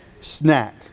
snack